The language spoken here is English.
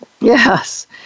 Yes